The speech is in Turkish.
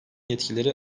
yetkileri